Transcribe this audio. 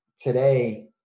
today